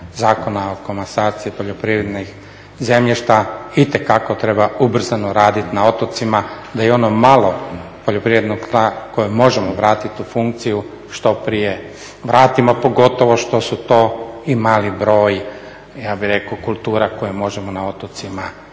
Zakona o komasaciji poljoprivrednih zemljišta itekako treba ubrzano radit na otocima da i ono malo poljoprivrednog tla koje možemo vratit u funkciju što prije vratimo, pogotovo što su to i mali broj ja bih rekao kultura koje možemo na otocima zasaditi